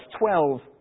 12